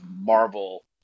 Marvel